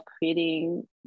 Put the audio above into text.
creating